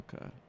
okay